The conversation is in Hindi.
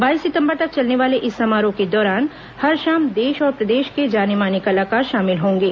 बाईस सितंबर तक चलने वाले इस समारोह के दौरान हर शाम देश और प्रदेश के जाने माने कलाकार शामिल होंगे